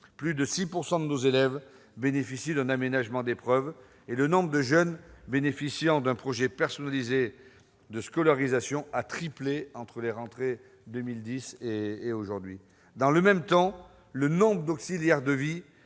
Plus de 6 % des élèves bénéficient d'un aménagement d'épreuves ; le nombre de jeunes bénéficiant d'un projet personnalisé de scolarisation a triplé entre les rentrées 2010 et 2018. Dans le même temps, le nombre d'auxiliaires de vie